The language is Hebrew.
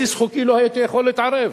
בסיס חוקי לא היית יכול להתערב,